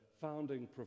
founding